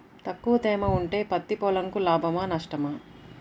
తక్కువ తేమ ఉంటే పత్తి పొలంకు లాభమా? నష్టమా?